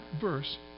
verse